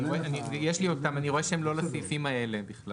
אני רואה שהם לא לסעיפים האלה.